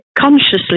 consciously